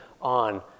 on